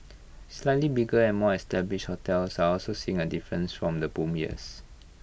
slightly bigger and more established hotels are also seeing A difference from the boom years